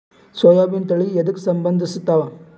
ಸೋಯಾಬಿನ ತಳಿ ಎದಕ ಸಂಭಂದಸತ್ತಾವ?